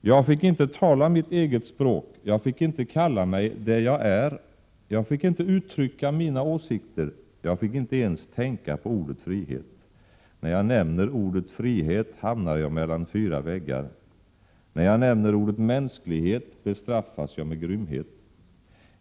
Jag fick inte tala mitt eget språk. Jag fick inte kalla mig det jag är. Jag fick inte uttrycka mina åsikter. Jag fick inte ens tänka på ordet frihet, när jag nämner ordet frihet hamnar jag mellan fyra väggar. När jag nämner ordet mänsklighet bestraffas jag med grymhet.